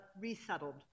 resettled